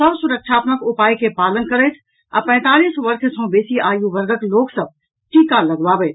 सभ सुरक्षा उपायक पालन करथि आ पैंतालीस वर्ष सॅ बेसी आयु वर्गक लोक सभ टीका लगबावथि